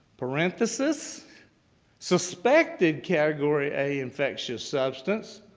parenthesis suspected category a infectious substance